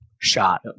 shot